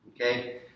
Okay